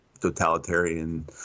totalitarian